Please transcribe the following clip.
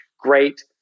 great